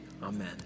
Amen